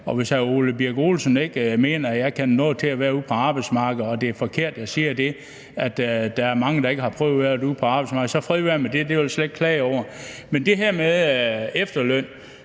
hr. Ole Birk Olesen ikke mener, at jeg kender noget til at være ude på arbejdsmarkedet, og at det er forkert, når jeg siger, at der er mange, der ikke har prøvet at være ude på arbejdsmarkedet, så fred være med det. Det vil jeg slet ikke klage over. Til det her med efterlønnen: